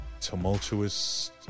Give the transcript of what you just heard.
Tumultuous